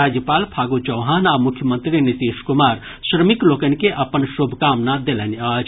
राज्यपाल फागू चौहान आ मुख्यमंत्री नीतीश कुमार श्रमिक लोकनि के अपन शुभकामना देलनि अछि